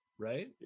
Right